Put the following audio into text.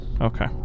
Okay